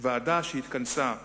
הוועדה שהתכנסה לפניה,